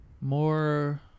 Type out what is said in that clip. More